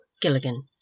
Gilligan